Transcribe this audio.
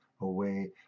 away